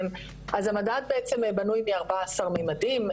אז המדד בעצם בנוי מ-14 מימדים,